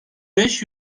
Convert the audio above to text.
beş